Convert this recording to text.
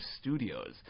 studios